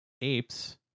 apes